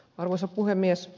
arvoisa puhemies